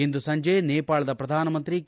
ಇಂದು ಸಂಜೆ ನೇಪಾಳದ ಪ್ರಧಾನಮಂತ್ರಿ ಕೆ